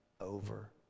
over